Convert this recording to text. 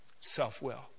Self-will